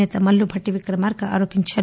నేత మల్లు భట్టి విక్రమార్క ఆరోపించారు